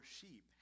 sheep